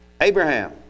Abraham